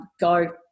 go